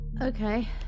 okay